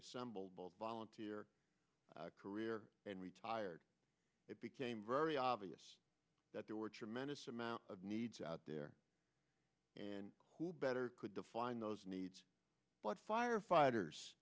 assembled volunteer career and retired it became very obvious that there were a tremendous amount of needs out there and who better could define those needs but